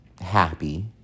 happy